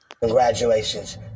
Congratulations